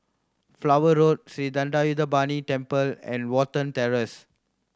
Flower Road Sri Thendayuthapani Temple and Watten Terrace